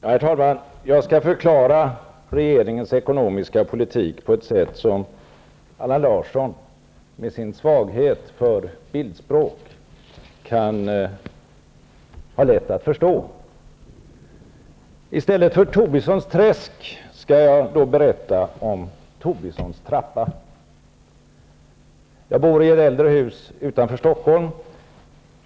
Herr talman! Jag skall förklara regeringens ekonomiska politik på ett sätt som Allan Larsson med sin svaghet för bildspråk bör kunna förstå. I stället för Tobissons träsk skall jag berätta om Jag bor i ett äldre hus utanför Stockholm.